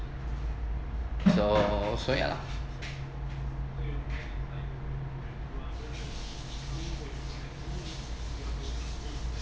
so so ya lah